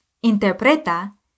Interpreta